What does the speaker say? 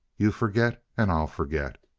you forget and i'll forget.